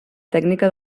tècnica